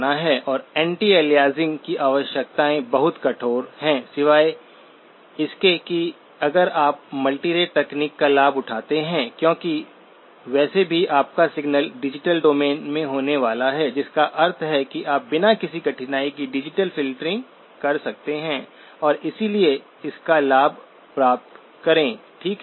और anti aliasing की आवश्यकताएं बहुत कठोर हैं सिवाय इसके कि अगर आप मल्टीरेट तकनीक का लाभ उठाते हैं क्योंकि वैसे भी आपका सिग्नल डिजिटल डोमेन में होने वाला है जिसका अर्थ है कि आप बिना किसी कठिनाई के डिजिटल फ़िल्टरिंग कर सकते हैं और इसलिए इसका लाभ प्राप्त करें ठीक है